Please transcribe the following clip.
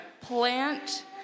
plant